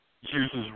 uses